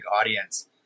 audience